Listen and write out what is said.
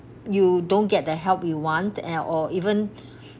you don't get the help you want and or even